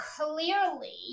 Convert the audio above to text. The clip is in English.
clearly